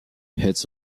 its